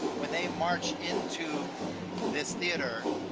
when they march into this theater,